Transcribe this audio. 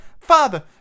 Father